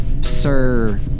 sir